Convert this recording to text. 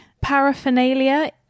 paraphernalia